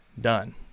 Done